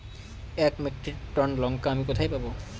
এক metric ton লঙ্কা আমি কোথায় পাবো?